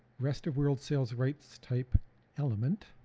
rest of world sales rights type element.